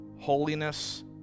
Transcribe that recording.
holiness